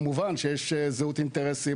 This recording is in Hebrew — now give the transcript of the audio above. כמובן שיש זהות אינטרסים,